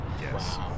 Yes